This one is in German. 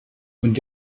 und